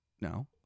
No